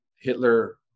Hitler